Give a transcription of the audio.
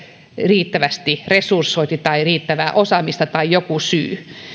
riittävästi resursoitu tai ei ole riittävää osaamista joku syy